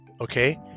Okay